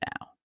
now